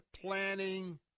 planning